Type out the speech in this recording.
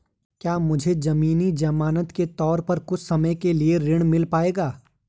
क्या मुझे ज़मीन ज़मानत के तौर पर कुछ समय के लिए ऋण मिल पाएगा?